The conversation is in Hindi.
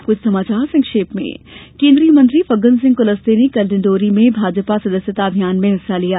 अब कुछ समाचार संक्षेप में केन्द्रीय मंत्री फग्गन सिंह कुलस्ते ने कल डिंडोरी में भाजपा सदस्यता अभियान में हिस्सा लिया